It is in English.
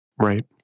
Right